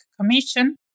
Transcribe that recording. Commission